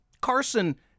Carson